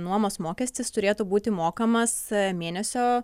nuomos mokestis turėtų būti mokamas mėnesio